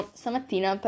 stamattina